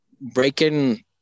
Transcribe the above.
breaking